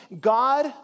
God